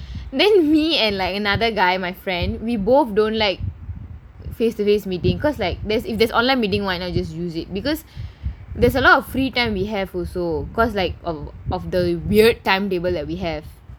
me and like another guy my friend we both don't like face to face meeting because like this there's if there is online meeting [one] I just use it because there's a lot of free time we have also because like of of the weird timetable that we have